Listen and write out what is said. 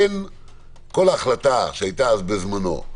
כל החלטה שהיתה בזמנו,